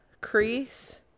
crease